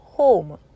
home